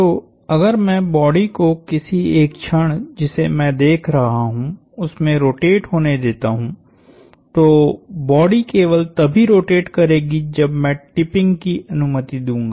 तो अगर मैं बॉडी को किसी एक क्षण जिसे मैं देख रहा हूं उसमे रोटेट होने देता हूं तो बॉडी केवल तभी रोटेट करेगी जब मैं टिपिंग की अनुमति दूंगा